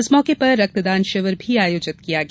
इस मौके पर रक्तदान शिविर भी आयोजित किया गया